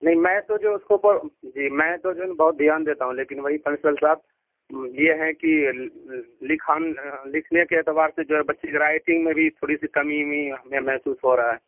نہیں میں تو جو اس کو پڑھ جی میں تو جو ہے بہت دھیان دیتا ہوں لیکن وہی پرینسپل صاحب یہ ہے کہ لکھان لکھنے کے اعتبار سے جو ہے بچے کی رائیٹنگ میں بھی تھوڑی سی کمی ومی بھی محسوس ہو رہا ہے